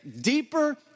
deeper